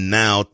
now